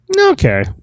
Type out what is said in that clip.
Okay